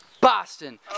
Boston